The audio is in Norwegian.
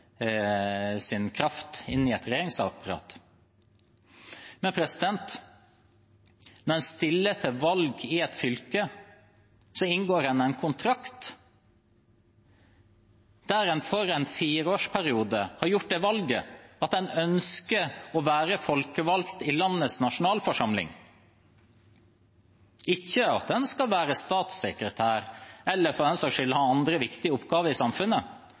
kraft inn i et regjeringsapparat. Men når en stiller til valg i et fylke, inngår en en kontrakt der en for en fireårsperiode har gjort det valget at en ønsker å være folkevalgt i landets nasjonalforsamling – ikke at en skal være statssekretær eller for den saks skyld ha andre viktige oppgaver i samfunnet.